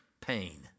pain